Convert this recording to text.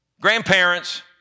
Grandparents